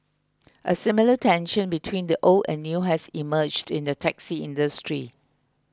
a similar tension between old and new has emerged in the taxi industry